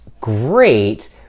great